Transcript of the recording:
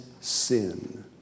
sin